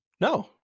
No